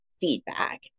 feedback